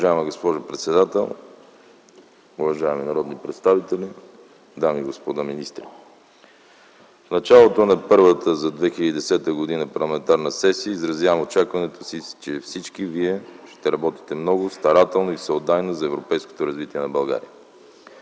Уважаема госпожо председател, уважаеми народни представители, дами и господа министри! В началото на първата за 2010 г. парламентарна сесия изразявам очакването си, че всички вие ще работите много старателно и всеотдайно за европейското развитие на България.